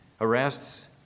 Arrests